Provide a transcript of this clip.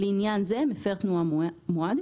לעניין זה, "מפר תנועה מועד"